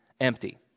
empty